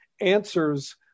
answers